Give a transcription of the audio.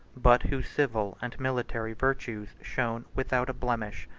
but whose civil and military virtues shone without a blemish.